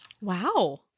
wow